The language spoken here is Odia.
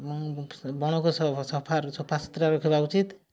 ଏବଂ ବଣକୁ ସଫା ସଫାସୁତୁରା ରଖିବା ଉଚିତ୍